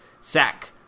sack